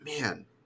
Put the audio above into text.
man